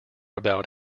about